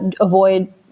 avoid